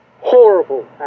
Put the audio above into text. horrible